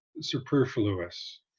superfluous